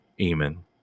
Amen